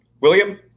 william